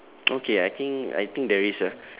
okay I think I think there is a